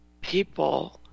people